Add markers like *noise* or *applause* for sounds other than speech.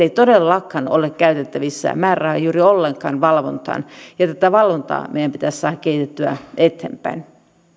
*unintelligible* ei todellakaan ole käytettävissä määrärahoja juuri ollenkaan valvontaan ja tätä valvontaa meidän pitäisi saada kehitettyä eteenpäin